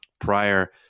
prior